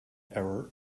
error